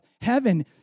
heaven